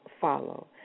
follow